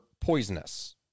poisonous